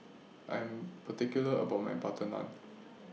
I'm particular about My Butter Naan